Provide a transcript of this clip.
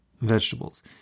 vegetables